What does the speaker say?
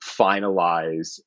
finalize